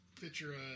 picture